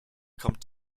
kommt